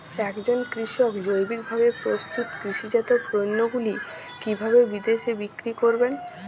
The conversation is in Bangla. একজন কৃষক জৈবিকভাবে প্রস্তুত কৃষিজাত পণ্যগুলি কিভাবে বিদেশে বিক্রি করবেন?